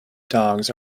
dogs